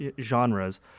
genres